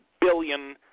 billion